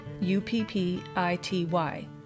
U-P-P-I-T-Y